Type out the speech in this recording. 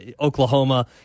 Oklahoma